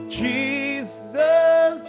jesus